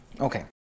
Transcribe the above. okay